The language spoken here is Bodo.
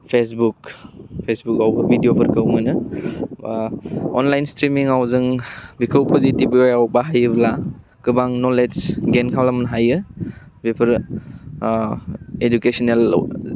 फेसबुक फेसबुकआवबो बिडिअफोरखौ मोनो ओह अनलाइन स्ट्रिमिङाव जों बेखौ पजिटिबआव बाहायोब्ला गोबां नलेज गेन्ट खालामनो हायो बेफोरो ओह एडुकेसनेल